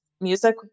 music